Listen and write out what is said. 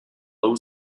low